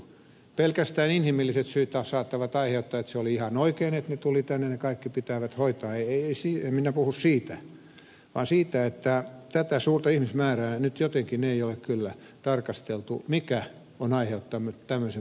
pelkästään inhimilliset syyt taas saattavat aiheuttaa että se oli ihan oikein että ne tulivat tänne ne kaikki pitää hoitaa en minä puhu siitä vaan siitä että tätä suurta ihmismäärää nyt jotenkin ei ole kyllä tarkasteltu mikä on aiheuttanut tämmöisen purskauksen